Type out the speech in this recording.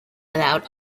without